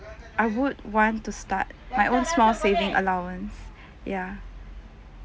I would want to start my own small saving allowance ya